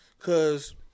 Cause